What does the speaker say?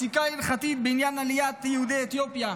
הפסיקה ההלכתית בעניין עליית יהודי אתיופיה,